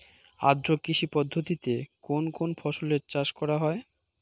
আদ্র কৃষি পদ্ধতিতে কোন কোন ফসলের চাষ করা হয়?